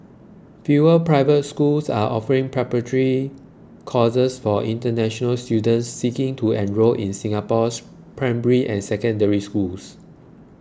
fewer private schools are offering preparatory courses for international students seeking to enrol in Singapore's primary and Secondary Schools